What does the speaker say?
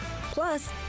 Plus